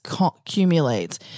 accumulates